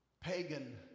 Pagan